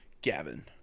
Gavin